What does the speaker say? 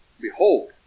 Behold